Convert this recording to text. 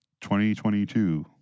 2022